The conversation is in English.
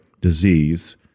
disease